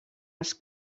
els